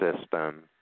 system